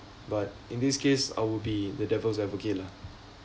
but in this case I will be the devil's advocate lah